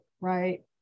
Right